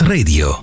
Radio